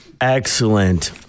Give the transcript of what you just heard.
Excellent